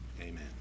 Amen